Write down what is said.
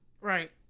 Right